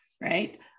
right